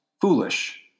foolish